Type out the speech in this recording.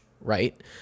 right